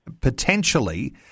potentially